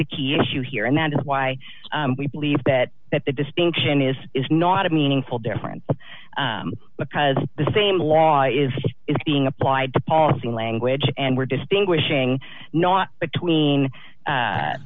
the key issue here and that is why we believe that that that distinction is is not a meaningful difference because the same law is being applied to policy in language and we're distinguishing not between